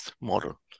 model